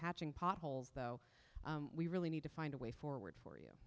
patching potholes though we really need to find a way forward for you